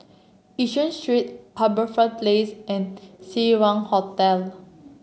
Yishun Street HarbourFront Place and Seng Wah Hotel